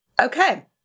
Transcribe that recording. okay